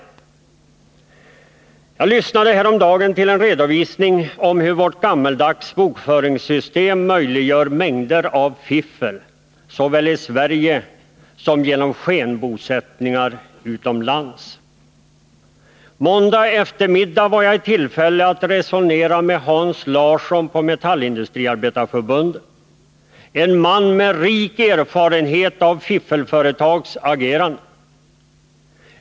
Jag lyssnade häromdagen till en redovisning av hur vårt gammaldags folkbokföringssystem möjliggör mycket fiffel, såväl i Sverige som vid skenbosättningar utomlands. I måndags eftermiddag var jag i tillfälle att resonera med Hans Larsson på Metallindustriarbetareförbundet, en man med rik erfarenhet av fiffelföretags agerande.